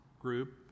group